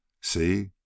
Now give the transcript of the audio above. See